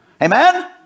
Amen